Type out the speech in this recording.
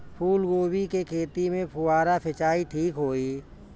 फूल गोभी के खेती में फुहारा सिंचाई ठीक होई?